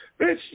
Bitch